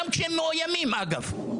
גם כשהם מאוימים אגב.